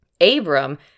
Abram